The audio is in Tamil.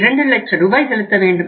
2 லட்ச ரூபாய் செலுத்த வேண்டும்